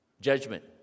judgment